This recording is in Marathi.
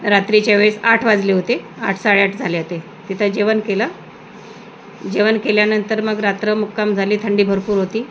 रात्रीच्या वेळेस आठ वाजले होते आठ साडेआठ झाले होते तिथं जेवण केलं जेवण केल्यानंतर मग रात्र मुक्काम झाली थंडी भरपूर होती